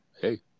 Hey